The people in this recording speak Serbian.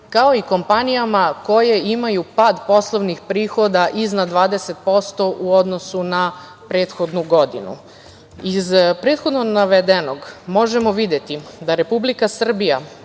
kao i kompanijama koje imaju pad poslovnih prihoda iznad 20% u odnosu na prethodnu godinu. Iz prethodno navedenog možemo videti da Republika Srbija